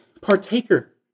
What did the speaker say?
partaker